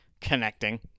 connecting